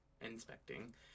inspecting